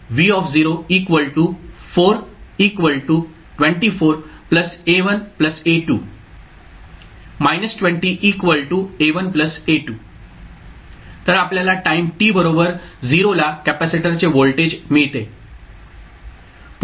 v 4 24 A1 A2 20 A1 A2 तर आपल्याला time t बरोबर 0 ला कॅपेसिटरचे व्होल्टेज मिळते